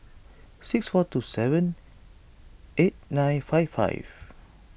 six four two seven eight nine five five